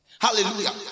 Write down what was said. Hallelujah